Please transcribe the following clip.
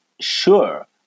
sure